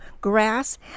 grass